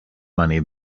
money